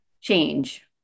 change